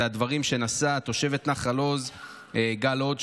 הדברים שנשאה תושבת נחל עוז גל הוד,